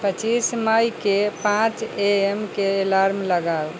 पचीस मइके पाँच ए एम के एलार्म लगाउ